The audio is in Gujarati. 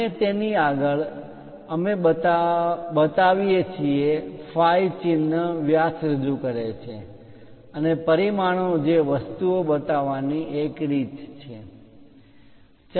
અને તેની આગળ અમે બતાવીએ છીએ phi ચિન્હ વ્યાસ રજૂ કરે છે અને પરિમાણો જે વસ્તુઓ બતાવવાની એક રીત છે